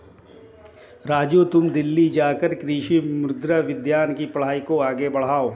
राजू तुम दिल्ली जाकर कृषि मृदा विज्ञान के पढ़ाई को आगे बढ़ाओ